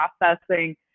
processing